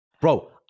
Bro